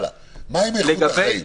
מה עם איכות החיים?